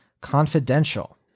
Confidential